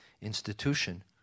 institution